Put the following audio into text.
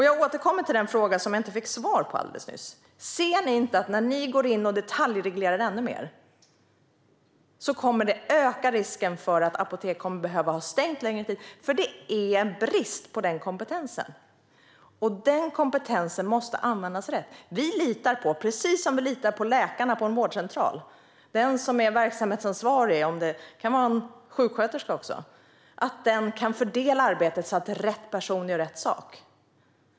Jag återkommer till den fråga som jag inte fick svar på alldeles nyss: Ser ni inte att det kommer att öka risken för att apotek kommer att behöva ha stängt längre tid när ni går in och detaljreglerar ännu mer? Det råder brist på denna kompetens, och denna kompetens måste användas rätt. Precis som vi litar på läkarna på en vårdcentral litar vi på att den som är verksamhetsansvarig - det kan också vara en sjuksköterska - kan fördela arbetet så att rätt person gör rätt sak.